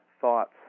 thoughts